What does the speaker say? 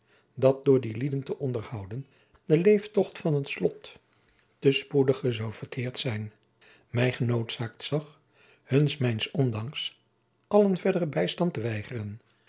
dat door die lieden te onderhouden de leeftocht van het slot te spoedig zoude verteerd zijn mij genoodzaakt zag hun mijns ondanks allen verderen bijstand te weigeren